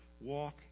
walk